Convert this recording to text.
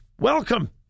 welcome